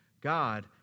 God